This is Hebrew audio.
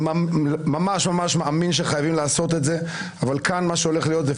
מישהו הביא הצעת חוק אחת,